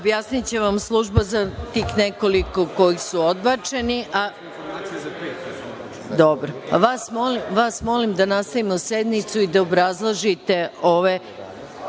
Izvolite. Objasniće vam služba za tih nekoliko koji su odbačeni. Vas molim da nastavimo sednicu i da obrazložite. Sve